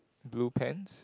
blue pants